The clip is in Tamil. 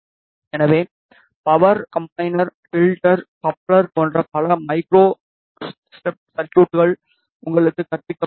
எனவே பவர் காம்பினெர் பில்டர் கப்ளர் போன்ற பல மைக்ரோ ஸ்டெப் சர்குய்ட்கள் உங்களுக்கு கற்பிக்கப்பட்டுள்ளன